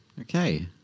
Okay